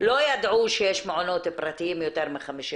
לא ידעו שיש מעונות פרטיים יותר מ-50%.